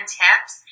tips